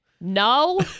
No